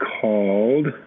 called